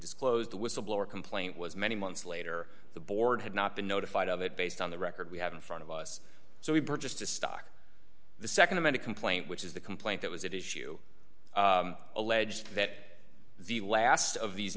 disclosed the whistleblower complaint was many months later the board had not been notified of it based on the record we have in front of us so we purchased the stock the nd amount of complaint which is the complaint that was it issue alleged that the last of these